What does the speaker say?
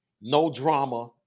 no-drama